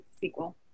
sequel